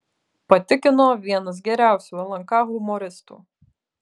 patikino vienas geriausių lnk humoristų